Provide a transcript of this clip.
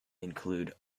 include